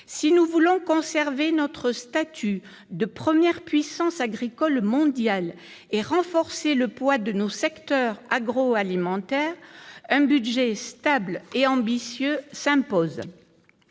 Si nous voulons conserver notre statut de première puissance agricole mondiale et renforcer le poids de nos secteurs agroalimentaires, un budget stable et ambitieux s'impose.